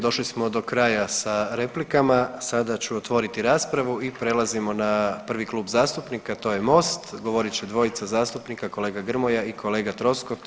Došli smo do kraja sa replikama, sada ću otvoriti raspravu i prelazimo na prvi klub zastupnika to je Most, govorit će dvojima zastupnika kolega Grmoja i kolega Troskot.